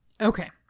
Okay